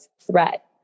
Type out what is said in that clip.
threat